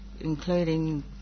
including